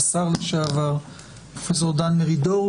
השר לשעבר דן מרידור,